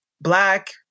Black